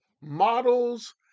models